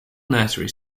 nursery